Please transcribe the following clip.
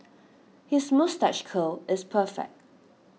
his moustache curl is perfect